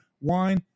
wine